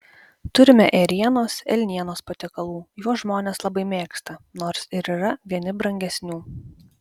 turime ėrienos elnienos patiekalų juos žmonės labai mėgsta nors ir yra vieni brangesnių